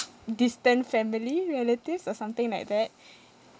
distant family relatives or something like that